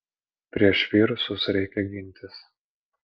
prieš virusus reikia gintis